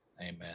Amen